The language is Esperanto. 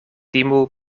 timu